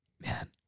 man